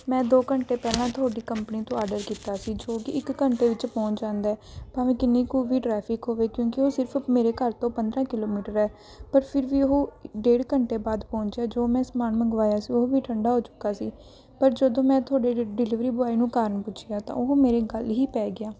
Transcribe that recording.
ਮੈਂ ਦੋ ਘੰਟੇ ਪਹਿਲਾਂ ਤੁਹਾਡੀ ਕੰਪਨੀ ਤੋਂ ਆਰਡਰ ਕੀਤਾ ਸੀ ਜੋ ਕਿ ਇੱਕ ਘੰਟੇ ਵਿੱਚ ਪਹੁੰਚ ਜਾਂਦਾ ਹੈ ਭਾਵੇਂ ਕਿੰਨੀ ਕੁ ਵੀ ਟਰੈਫਿਕ ਹੋਵੇ ਕਿਉਂਕਿ ਉਹ ਸਿਰਫ਼ ਮੇਰੇ ਘਰ ਤੋਂ ਪੰਦਰਾਂ ਕਿਲੋਮੀਟਰ ਹੈ ਪਰ ਫਿਰ ਵੀ ਉਹ ਡੇਢ ਘੰਟੇ ਬਾਅਦ ਪਹੁੰਚਿਆ ਜੋ ਮੈਂ ਸਮਾਨ ਮੰਗਵਾਇਆ ਸੀ ਉਹ ਵੀ ਠੰਡਾ ਹੋ ਚੁੱਕਾ ਸੀ ਪਰ ਜਦੋਂ ਮੈਂ ਤੁਹਾਡੇ ਡਿਲੀਵਰੀ ਬੋਆਏ ਨੂੰ ਕਾਰਣ ਪੁੱਛਿਆ ਤਾਂ ਉਹ ਮੇਰੇ ਗਲ ਹੀ ਪੈ ਗਿਆ